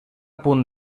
punt